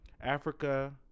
africa